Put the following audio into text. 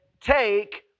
take